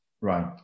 Right